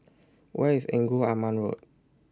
Where IS Engku Aman Road